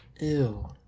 ew